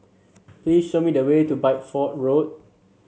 please show me the way to Bideford Road